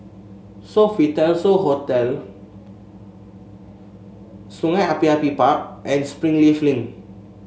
Sofitel So Hotel Sungei Api Api Park and Springleaf Link